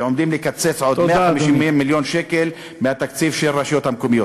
כשעומדים לקצץ עוד 150 מיליון שקל מהתקציב של הרשויות המקומיות.